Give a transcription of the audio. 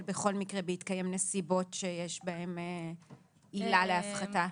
בכל מקרה בהתקיים נסיבות שיש בהן עילה להפחתה?